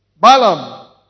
Balaam